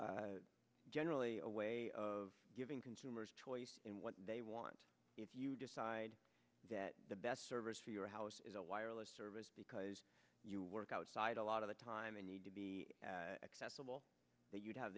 generally a way of giving consumers choice in what they want if you decide that the best service for your house is a wireless service because you work outside a lot of the time and need to be accessible that you'd have